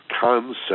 concept